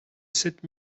sept